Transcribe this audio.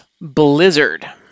Blizzard